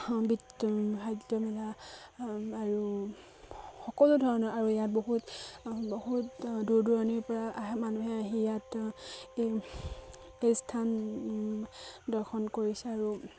মেলা আৰু সকলো ধৰণৰ আৰু ইয়াত বহুত বহুত দূৰ দূৰণিৰ পৰা মানুহে আহি ইয়াত এই এই স্থান দৰ্শন কৰিছে আৰু